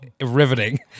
riveting